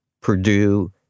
Purdue